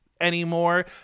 anymore